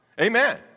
Amen